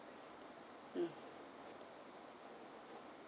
mm